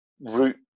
root